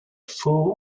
full